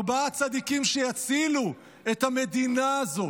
ארבעה צדיקים שיצילו את המדינה הזו,